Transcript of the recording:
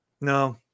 No